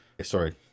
Sorry